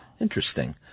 Interesting